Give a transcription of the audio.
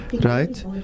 right